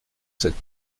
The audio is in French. cette